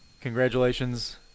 congratulations